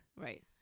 Right